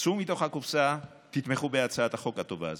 צאו מתוך הקופסה, תתמכו בהצעת החוק הטובה הזאת.